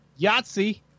Yahtzee